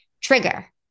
trigger